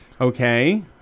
Okay